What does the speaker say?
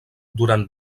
durant